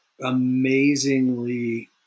amazingly